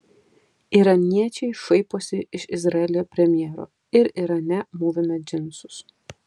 iraniečiai šaiposi iš izraelio premjero ir irane mūvime džinsus